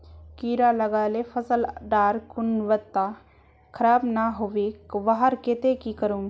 कीड़ा लगाले फसल डार गुणवत्ता खराब ना होबे वहार केते की करूम?